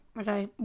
Okay